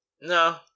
No